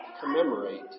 commemorate